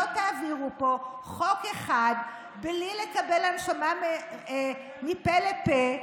לא תעבירו פה חוק אחד בלי לקבל הנשמה מפה לפה,